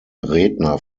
redner